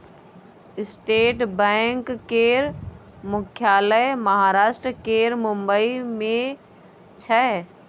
state bank केर मुख्यालय महाराष्ट्र केर मुंबई मे छै